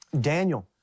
Daniel